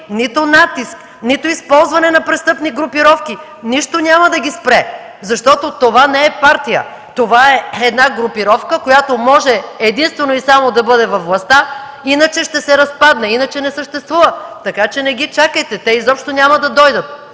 нито натиск, нито използване на престъпни групировки. Нищо няма да ги спре, защото това не е партия, а групировка, която може единствено и само да бъде във властта. Иначе ще се разпадне, иначе не съществува. Така че не ги чакайте, те изобщо няма да дойдат!